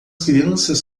crianças